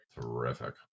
Terrific